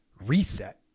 reset